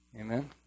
Amen